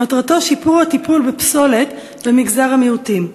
שמטרתו שיפור הטיפול בפסולת במגזר המיעוטים.